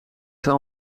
zal